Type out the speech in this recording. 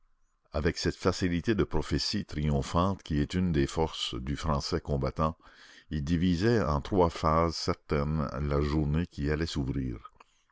avec cette facilité de prophétie triomphante qui est une des forces du français combattant ils divisaient en trois phases certaines la journée qui allait s'ouvrir